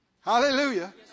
Hallelujah